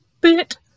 bit